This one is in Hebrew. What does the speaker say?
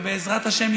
ובעזרת השם,